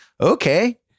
okay